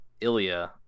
Ilya